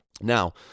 Now